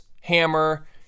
hammer